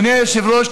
אדוני היושב-ראש,